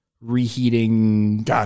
reheating